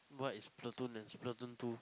what is Platoon and is Platoon two